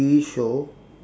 T_V show